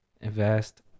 invest